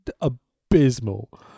abysmal